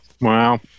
Wow